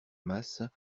masse